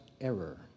error